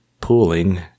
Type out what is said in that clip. pooling